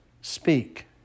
Speak